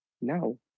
No